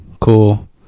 cool